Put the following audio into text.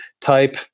type